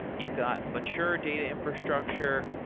you've got mature data infrastructure,